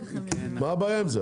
מה הבעיה עם זה?